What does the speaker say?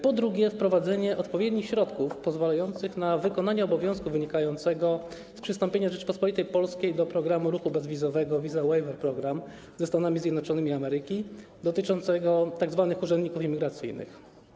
Po drugie, wprowadzenie odpowiednich środków pozwalających na wykonanie obowiązku wynikającego z przystąpienia Rzeczypospolitej Polskiej do programu ruchu bezwizowego, Visa Waiver Program, ze Stanami Zjednoczonymi Ameryki, dotyczącego tzw. urzędników imigracyjnych.